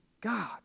God